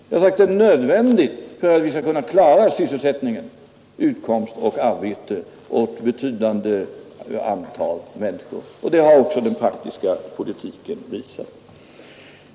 Jag har sagt att det är nödvändigt för att vi skall klara sysselsättning, utkomst och arbete för ett betydande antal människor. Det har också den praktiska politiken visat.